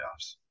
playoffs